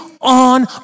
on